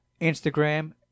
instagram